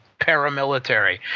paramilitary